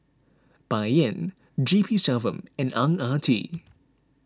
Bai Yan G P Selvam and Ang Ah Tee